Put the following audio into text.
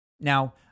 Now